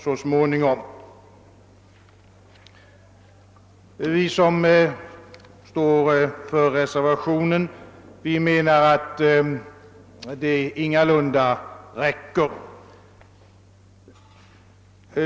Vi som står för reservationen menar att detta ingalunda räcker.